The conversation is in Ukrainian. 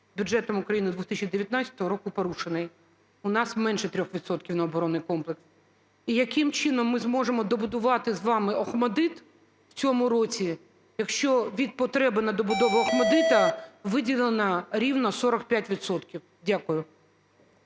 бюджетом України з 2019 року порушений? У нас менше 3 відсотків на оборонний комплекс. І яким чином ми зможемо добудувати з вами "Охматдит" в цьому році, якщо від потреби на добудову "Охматдиту" виділено рівно 45